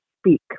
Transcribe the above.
speak